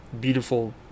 Beautiful